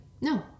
no